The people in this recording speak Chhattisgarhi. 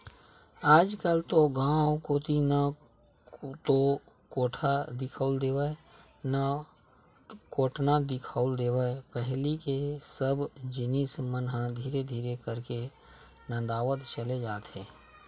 आजकल तो गांव कोती ना तो कोठा दिखउल देवय ना कोटना दिखउल देवय पहिली के सब जिनिस मन ह धीरे धीरे करके नंदावत चले जात हे